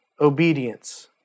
obedience